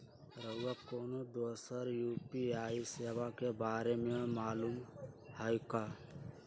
रउरा कोनो दोसर यू.पी.आई सेवा के बारे मे मालुम हए का?